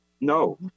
no